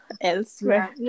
elsewhere